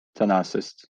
tänasest